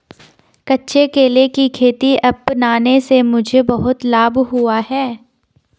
कच्चे केले की खेती अपनाने से मुझे बहुत लाभ हुआ है